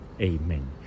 Amen